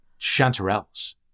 Chanterelles